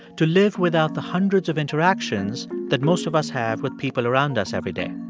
to live without the hundreds of interactions that most of us have with people around us every day?